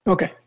Okay